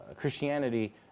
Christianity